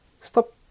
Stop